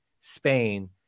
Spain